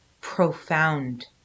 profound